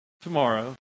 tomorrow